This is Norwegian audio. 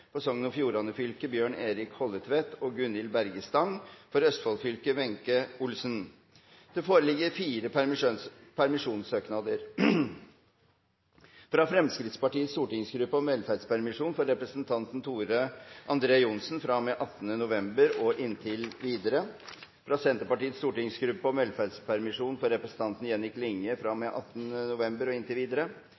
For Rogaland fylke: Marie Brekke For Sogn og Fjordane fylke: Bjørn Erik Hollevik og Gunhild Berge Stang For Østfold fylke: Wenche Olsen Det foreligger fire permisjonssøknader: fra Fremskrittspartiets stortingsgruppe om velferdspermisjon for representanten Tor André Johnsen fra og med 18. november og inntil videre fra Senterpartiets stortingsgruppe om velferdspermisjon for representanten Jenny Klinge fra og